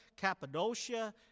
Cappadocia